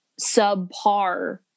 subpar